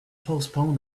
postpone